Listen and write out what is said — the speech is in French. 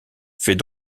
fait